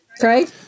Craig